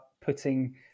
putting